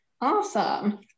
awesome